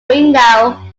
window